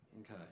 Okay